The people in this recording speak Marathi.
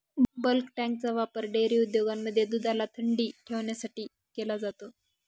बल्क टँकचा वापर डेअरी उद्योगांमध्ये दुधाला थंडी ठेवण्यासाठी केला जातो